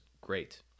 great